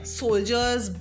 soldiers